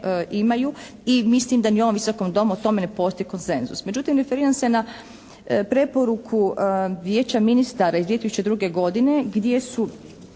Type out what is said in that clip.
i mislim da ni u ovom Visokom domu o tome ne postoji konsenzus. Međutim, referiram se na preporuku Vijeća ministara iz 2002. godine gdje su